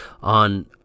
on